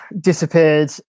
disappeared